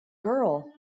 girl